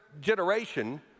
generation